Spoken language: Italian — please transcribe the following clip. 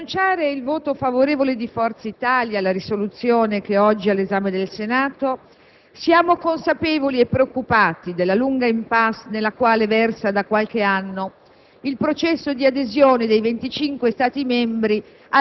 Signor Presidente, nell'annunciare il voto favorevole di Forza Italia alla risoluzione che è oggi all'esame del Senato siamo consapevoli e preoccupati della lunga *impasse* nella quale versa da qualche anno